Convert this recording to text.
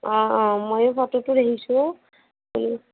অঁ অঁ ময়ো ফটোতহে দেখিছোঁ